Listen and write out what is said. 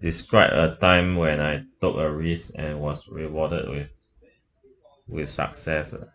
describe a time when I took a risk and was rewarded with with success lah